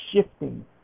shifting